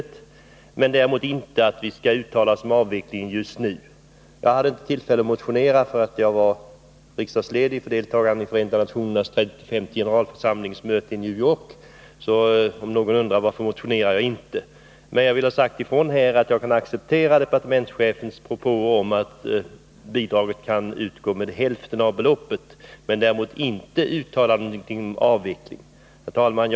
Däremot accepterar jag inte att vi skall uttala oss om en avveckling just nu. Jag hade inte tillfälle att motionera om detta, eftersom jag var ledig från riksdagsarbetet vid den aktuella tidpunkten för att kunna delta i FN:s 35:e generalförsamlings möte i New York — om någon undrar varför jag inte motionerade. Jag vill säga ifrån att jag kan acceptera departementschefens propåer om att bidraget kan minskas till hälften av beloppet — däremot inte något uttalande om en avveckling. Herr talman!